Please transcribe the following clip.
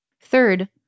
Third